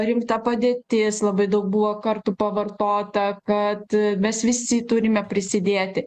rimta padėtis labai daug buvo kartų pavartota kad mes visi turime prisidėti